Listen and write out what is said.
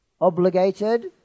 obligated